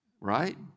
Right